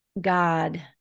God